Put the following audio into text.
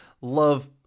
love